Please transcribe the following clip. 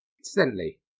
Incidentally